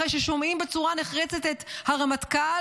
אחרי ששומעים בצורה נחרצת את הרמטכ"ל